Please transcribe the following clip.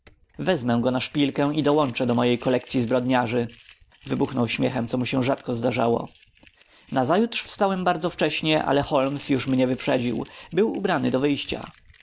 wezmę go na szpilkę i dołączę do mojej kolekcyi zbrodniarzy wybuchnął śmiechem co mu się rzadko zdarzało nazajutrz wstałem bardzo wcześnie ale holmes już mnie wyprzedził był ubrany do wyjścia